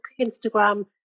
Instagram